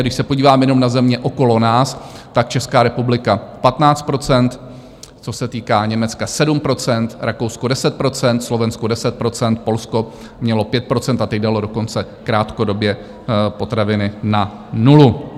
Když se podívám jenom na země okolo nás, tak Česká republika 15 %, co se týká Německa 7 %, Rakousko 10 %, Slovensko 10 %, Polsko mělo 5 %, a teď dalo dokonce krátkodobě potraviny na nulu.